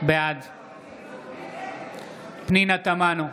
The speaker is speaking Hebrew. בעד פנינה תמנו,